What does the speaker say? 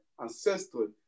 ancestors